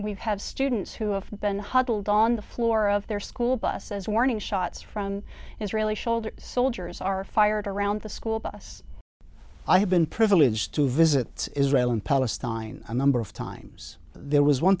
we've had students who have been huddled on the floor of their school bus as warning shots from israeli shoulder soldiers are fired around the school bus i have been privileged to visit israel and palestine a number of times there was one